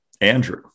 Andrew